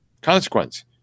consequence